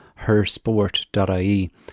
hersport.ie